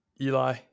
Eli